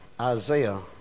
Isaiah